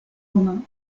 romain